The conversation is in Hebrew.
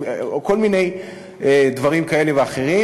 או כל מיני דברים כאלה ואחרים,